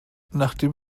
nachdem